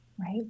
Right